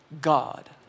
God